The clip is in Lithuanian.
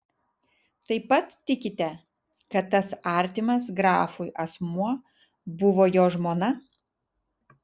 taip pat tikite kad tas artimas grafui asmuo buvo jo žmona